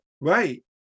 Right